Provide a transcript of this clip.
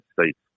States